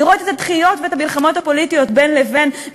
לראות את הדחיות ואת המלחמות הפוליטיות בין לבין,